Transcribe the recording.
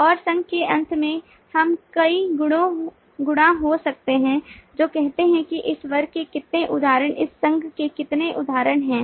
और संघ के अंत में हम कई गुणा हो सकते हैं जो कहते हैं कि इस वर्ग के कितने उदाहरण इस संघ के कितने उदाहरण हैं